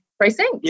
Precinct